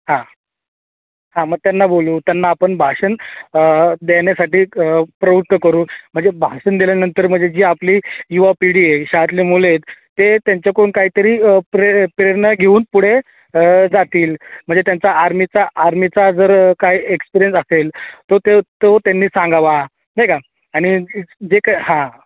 हां हां मग त्यांना बोलावू त्यांना आपण भाषण देण्यासाठी क प्रवृत्त करू म्हणजे भाषण दिल्यानंतर म्हणजे जी आपली युवा पिढी आहे शाळेतली मुले आहेत ते त्यांच्याकडून काहीतरी प्रे प्रेरणा घेऊन पुढे जातील म्हणजे त्यांचा आर्मीचा आर्मीचा जर काही एक्सपिरियन्स असेल तो त्यो तो त्यांनी सांगावा नाही का आणि जे काही हां